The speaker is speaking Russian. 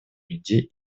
людей